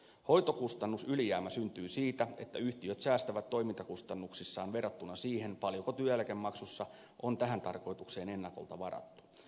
hoitokustannusylijäämä syntyy siitä että yhtiöt säästävät toimintakustannuksissaan verrattuna siihen paljonko työeläkemaksussa on tähän tarkoitukseen ennakolta varattu